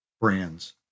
brands